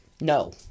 no